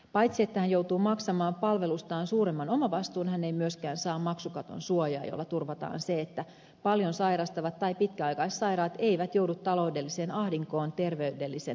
paitsi että hän joutuu maksamaan palvelustaan suuremman omavastuun hän ei myöskään saa maksukaton suojaa jolla turvataan se että paljon sairastavat tai pitkäaikaissairaat eivät joudu taloudelliseen ahdinkoon terveydellisen ahdinkonsa lisäksi